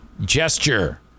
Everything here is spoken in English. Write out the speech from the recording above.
gesture